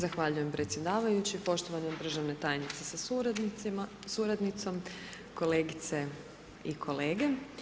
Zahvaljujem predsjedavajući, poštovane državne tajnice sa suradnicima, suradnicom, kolegice i kolege.